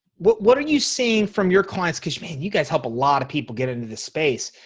what what are you seeing from your clients? because men you guys help a lot of people get into the space.